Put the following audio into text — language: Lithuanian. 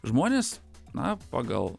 žmonės na pagal